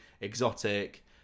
exotic